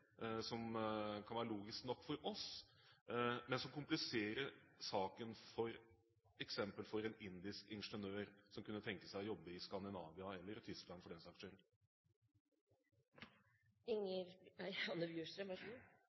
som kan være logisk nok for oss, men som kompliserer saken for f.eks. en indisk ingeniør som kunne tenke seg å jobbe i Skandinavia, eller i Tyskland for den saks